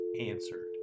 answered